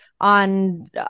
on